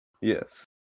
Yes